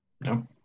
No